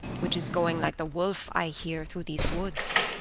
which is going like the wolf, i hear, through these woods,